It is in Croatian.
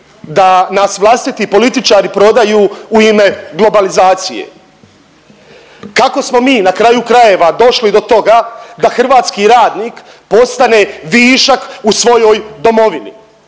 da nas vlastiti političari prodaju u ime globalizacije? Kako smo mi na kraju krajeva došli do toga da hrvatski radnik postane višak u svojoj domovini?